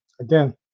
Again